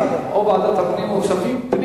ועדת הפנים או ועדת הכספים.